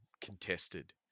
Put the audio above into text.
contested